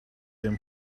them